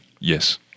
yes